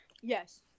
Yes